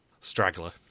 straggler